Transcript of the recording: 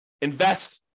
invest